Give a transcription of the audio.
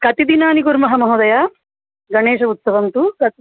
कति दिनानि कुर्मः महोदय गणेशोत्सवः तु कत्